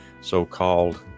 so-called